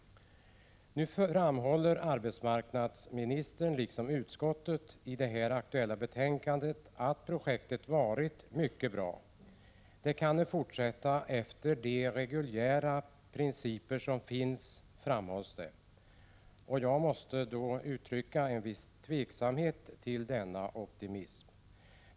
Nu framhåller arbetsmarknadsministern liksom utskottet i det aktuella betänkandet att projektet varit mycket bra. Det kan nu fortsätta efter de reguljära principer som finns, framhåller man. Jag måste uttrycka vissa tvivel till denna optimism.